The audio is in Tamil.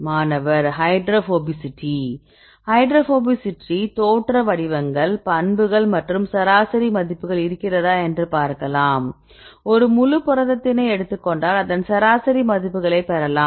மாணவர் ஹைட்ரோபோபிசிட்டி ஹைட்ரோபோபிசிட்டி தோற்ற வடிவங்கள் பண்புகள் மற்றும் சராசரி மதிப்புகள் இருக்கிறதா என்று பார்க்கலாம் ஒரு முழு புரதத்தினை எடுத்துக்கொண்டால் அதன் சராசரி மதிப்புகளை பெறலாம்